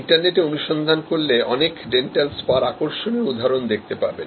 ইন্টারনেটে অনুসন্ধান করলে অনেক ডেন্টাল স্পা রআকর্ষণীয় উদাহরণ পাবেন